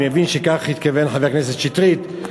אני מבין שכך התכוון חבר הכנסת שטרית,